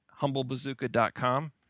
HumbleBazooka.com